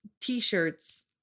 t-shirts